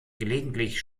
gelegentlich